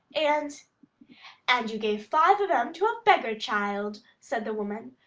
and and you gave five of em to a beggar-child, said the woman.